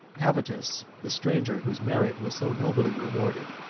avitus, the stranger, whose merit was so nobly rewarded,